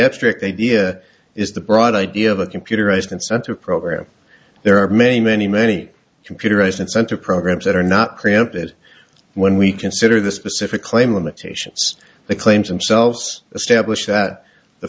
abstract idea is the broad idea of a computerized incentive program there are many many many computerized incentive programs that are not crimped it when we consider the specific claim limitations the claims themselves establish that the